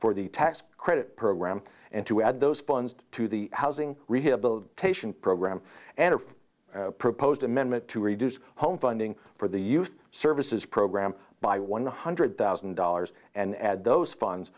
for the tax credit program and to add those funds to the housing rehabilitation program and a proposed amendment to reduce home funding for the youth services program by one hundred thousand dollars and add those funds